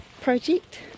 project